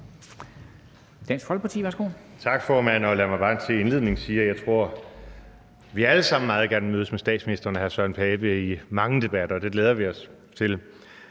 Messerschmidt (DF): Tak, formand. Lad mig bare til en indledning sige, at jeg tror, at vi alle sammen meget gerne vil mødes med statsministeren og hr. Søren Pape Poulsen i mange debatter; det glæder vi os til.